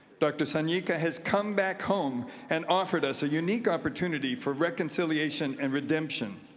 dr. sanika has come back home and offered us a unique opportunity for reconciliation and redemption,